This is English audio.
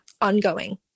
ongoing